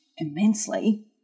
Immensely